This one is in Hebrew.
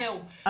זהו,